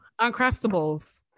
Uncrustables